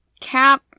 Cap